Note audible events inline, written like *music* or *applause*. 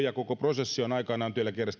*unintelligible* ja koko työeläkejärjestelmä on aikanaan